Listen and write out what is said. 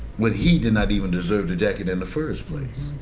when he did not even deserve the jacket in the first place.